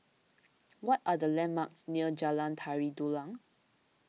what are the landmarks near Jalan Tari Dulang